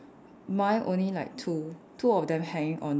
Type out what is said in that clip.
mine only like two two of them hanging on the